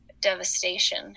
devastation